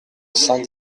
cinq